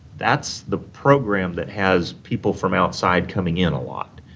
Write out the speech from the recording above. that's the program that has people from outside coming in a lot.